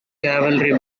cavalry